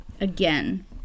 Again